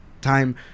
time